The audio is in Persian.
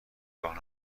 راه